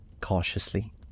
Cautiously